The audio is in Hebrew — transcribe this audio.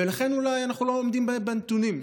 ולכן אולי אנחנו לא עומדים בנתונים.